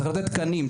צריך לתת תקנים,